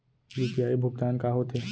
UPI भुगतान का होथे?